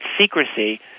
secrecy